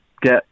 get